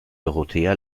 dorothea